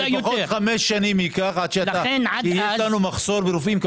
לפחות חמש שנים כי יש מחסור ברופאים.